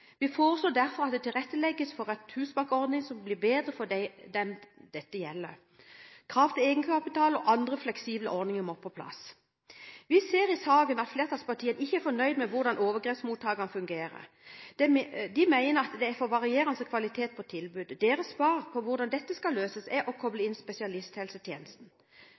Vi foreslår derfor at det tilrettelegges for at husbankordningen skal bli bedre for dem dette gjelder. Krav til egenkapital og andre fleksible ordninger må på plass. Vi ser i saken at flertallspartiene ikke er fornøyd med hvordan overgrepsmottakene fungerer. De mener at det er for varierende kvalitet på tilbudet. Deres svar på hvordan dette skal løses, er å koble inn spesialisthelsetjenesten. Barn som er utsatt for vold og overgrep, bør ivaretas av spesialisthelsetjenesten,